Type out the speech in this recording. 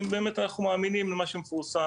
האם באמת אנחנו מאמינים למה שמפורסם?